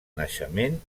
naixement